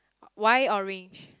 why orange